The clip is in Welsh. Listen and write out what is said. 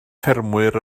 ffermwyr